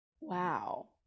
Wow